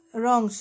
wrong